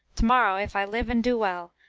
to-morrow, if i live and do well,